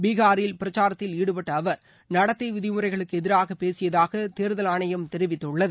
பீஹாரில் பிரச்சாரத்தில் ஈடுபட்ட அவர் நடத்தை விதிமுறைகளுக்கு எதிராகப் பேசியதாக தேர்தல் ஆணையம் தெரிவித்துள்ளது